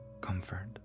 comfort